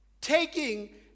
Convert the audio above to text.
Taking